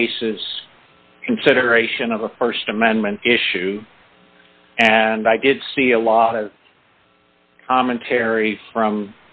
cases consideration of the st amendment issue and i did see a lot of commentary from